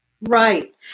Right